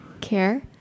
care